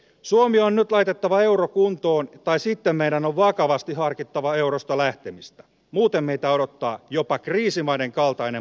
suomi on nyt laitettava eurokuntoon tai sitten meidän on vakavasti harkittava eurosta lähtemistä muuten meitä odottaa jopa kriisimaiden kaltainen massatyöttömyys